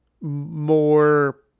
more